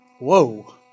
Whoa